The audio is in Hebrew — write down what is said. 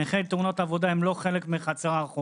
נכי תאונות עבודה הם לא חצר אחורית,